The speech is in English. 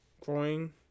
Growing